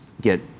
get